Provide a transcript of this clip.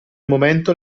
momento